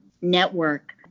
Network